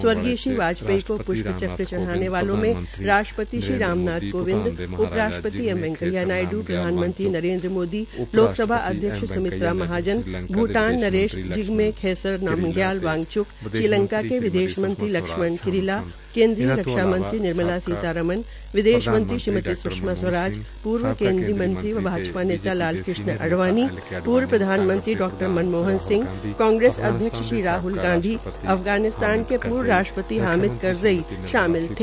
स्वर्गीय श्री वाजपेयी को प्ष्प चक्र चढ़ाने वालों में राष्ट्रपति राम नाथ कोविंद उप राष्ट्रपति एम वैंकेया नायड्र प्रधानमंत्री नरेन्द्र मोदी लोकसभा अध्यक्ष स्मित्रा महाजन भूटान नरेश जिसमें खेसर नामग्पाल वांग्च्क श्रीलंका के विदेश मंत्री लक्षमण किरिला केन्द्रीय रक्षा मंत्री निर्मला सीतामरन विदेश मंत्री श्रीमती सुषमा स्वराज पूर्व केन्द्रीय मंत्री व भाजपा नेता लाल कृष्ण अडवाणी पूर्व प्रधानमंत्री डॉ मनमोहन सिंह कांग्रेस अध्यक्ष श्री राहल गांधी अफगानिस्तान के पूर्व राष्ट्रपति हामिद करज़ई शामल थे